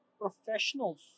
professionals